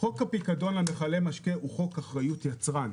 חוק הפיקדון על מכלי משקה הוא חוק אחריות יצרן.